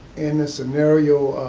in a scenario,